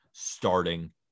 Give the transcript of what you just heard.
starting